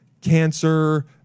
cancer